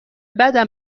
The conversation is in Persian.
بدم